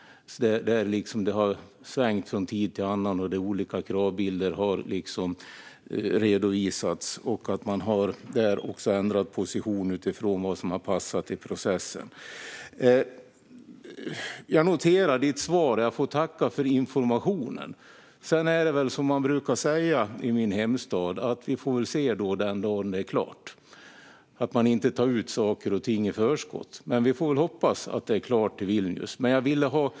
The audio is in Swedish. Det har svängt från tid till annan, och olika kravbilder har redovisats. Man har också ändrat position utifrån vad som har passat i processen. Jag noterar svaret och tackar för informationen. Det är väl som man brukar säga i min hemstad: "Vi får se den dagen det är klart." Man tar inte ut saker och ting i förskott. Men vi får hoppas att det blir klart till Vilnius.